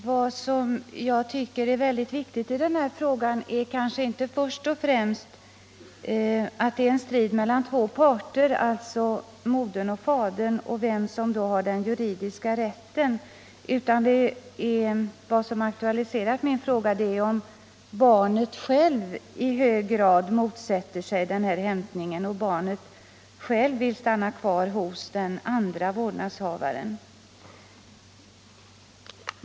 Herr talman! Jag tackar för det utförliga svaret. Det viktigaste i denna fråga är inte vem av två stridande parter — modern och fadern — som har den juridiska rätten, utan vad som aktualiserat min fråga är de fall där barnen själva kraftigt motsätter sig hämtningen och vill stanna kvar hos den andra vårdnadshavaren.